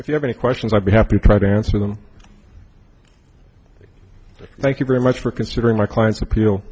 if you have any questions i'll be happy to try to answer them thank you very much for considering my client's appeal